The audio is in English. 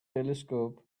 telescope